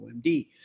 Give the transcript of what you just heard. OMD